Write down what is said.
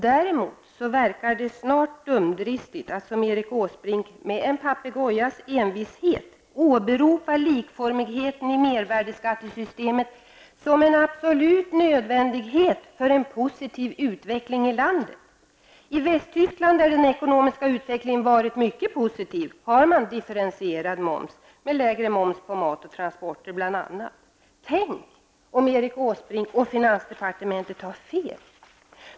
Däremot verkar det snart dumdristigt att, som Erik Åsbrink gör, med en papegojas envishet åberopa likformigheten i mervärdeskattesystemet som en absolut nödvändighet för en positiv utveckling i landet. I Västtyskland, där den ekonomiska utvecklingen varit mycket positiv, har man differentierad moms med lägre moms på bl.a. mat och transporter. Tänk om Erik Åsbrink och finansdepartementet har fel!